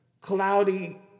cloudy